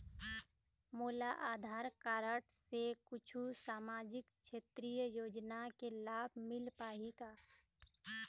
मोला आधार कारड से कुछू सामाजिक क्षेत्रीय योजना के लाभ मिल पाही का?